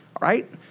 right